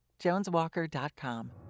JonesWalker.com